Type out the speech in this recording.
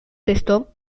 esto